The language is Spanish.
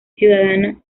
ciudadana